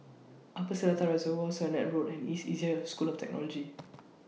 Upper Seletar Reservoir Sennett Road and East Asia School of Technology